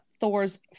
Thor's